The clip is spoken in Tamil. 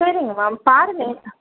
சரிங்க மேம் பாருங்கள் என்ன